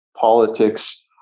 politics